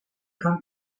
con